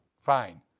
fine